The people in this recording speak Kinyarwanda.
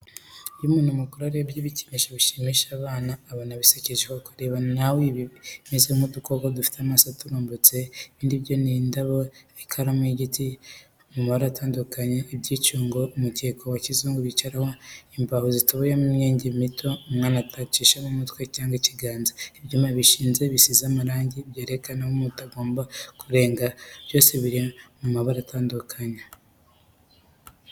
Iyo umuntu mukuru arebye ibikinisho bishimisha abana abona bisekeje koko, reba nawe ibimeze nk'udukoko dufite amaso aturumbutse, ibindi byo ni indabo, ikaramu y'igiti mu mabara atandukanye, ibyicungo, umukeka wa kizungu bicaraho, imbaho zitoboyemo imyenge mito umwana atacishamo umutwe cyangwa ikiganza, ibyuma bishinze bisize amarangi byerekana aho mutagomba kurenga, byose biri mu mabara atandukanye.